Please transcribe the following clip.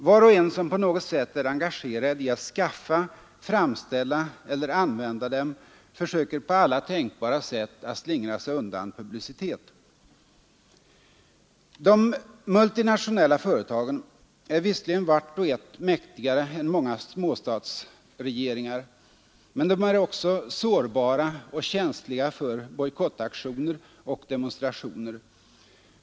Var och en som på något sätt är engagerad i att skaffa, framställa eller använda dem försöker på alla tänkbara sätt att slingra sig undan publicitet.” De multinationella företagen är visserligen vart och ett mäktigare än många småstatsregeringar. Men de är också sårbara och känsliga för bojkottaktioner och demonstrationer.